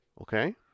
okay